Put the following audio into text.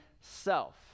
self